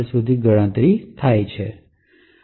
સુધી ગણતરી થયેલ છે